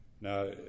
Now